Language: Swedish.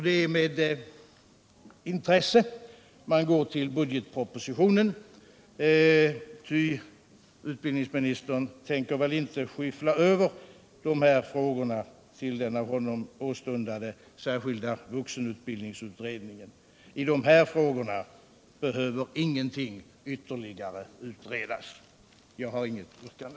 Det är med intresse man avvaktar budgetpropositionen, ty utbildningsministern tänker väl inte skyffla över de här frågorna till den av honom åstundade särskilda vuxenutbildningsutredningen? I de här frågorna behöver ingenting ytterligare utredas. Jag har inget yrkande.